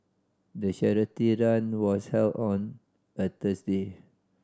the charity run was held on a Thursday